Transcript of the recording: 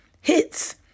hits